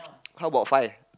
how about five